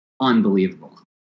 unbelievable